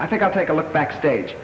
i think i'll take a look backstage